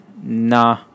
nah